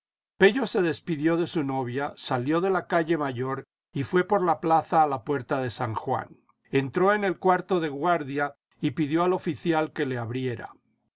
pello se despidió de su novia salió de la calle mayor y fué por la plaza a la puerta de san juan entró en el cuarto de guardia y pidió al oñcial que le abriera